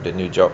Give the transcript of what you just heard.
the new job